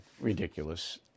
ridiculous